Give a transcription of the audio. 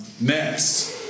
next